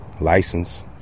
License